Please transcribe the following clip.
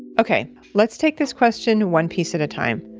okay let's take this question one piece at a time.